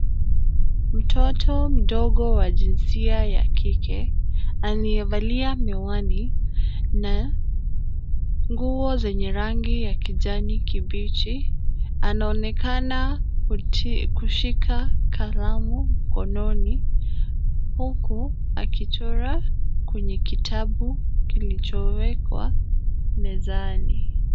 Mtoto mdogo wa jinsia ya kike aliyevalia miwani na nguo zenye rangi ya kijani kibichi. Anaonekana kushika kalamu mkononi huku akichora kwenye kitabu kilichowekwa mezani.